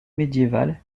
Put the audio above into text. médiévale